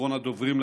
אחרון הדוברים.